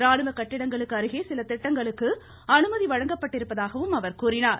ராணுவ கட்டிடங்களுக்கு அருகே சில திட்டங்களுக்கு அனுமதி வழங்கப்பட்டிருப்பதாகவும் அவர் கூறினார்